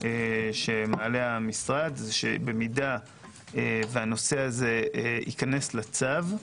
שמעלה המשרד הוא, שאם הנושא הזה ייכנס לצו,